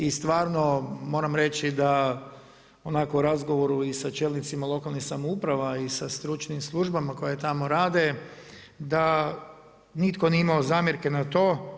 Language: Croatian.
I stvarno moram reći da onako u razgovoru i sa čelnicima lokalnih samouprava i sa stručnim službama koje tamo rade, da nitko nije imao zamjerke na to.